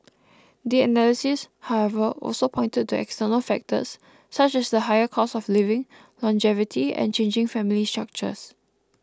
the analysts however also pointed to external factors such as the higher cost of living longevity and changing family structures